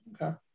Okay